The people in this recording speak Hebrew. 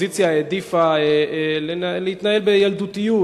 והאופוזיציה העדיפה להתנהל בילדותיות,